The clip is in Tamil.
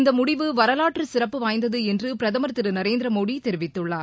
இந்த முடிவு வரலாற்று சிறப்பு வாய்ந்தது என்று பிரதமர் திரு நரேந்திரமோடி தெரிவித்துள்ளார்